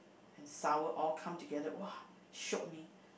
and sour all come together !wah! shocked me